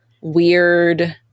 weird